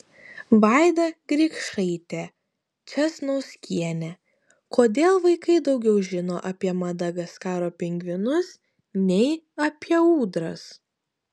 vaida grikšaitė česnauskienė kodėl vaikai daugiau žino apie madagaskaro pingvinus nei apie ūdras